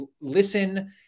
listen